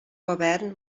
govern